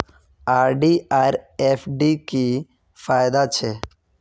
RD आर FD की फ़ायदा छे?